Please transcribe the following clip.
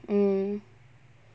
mm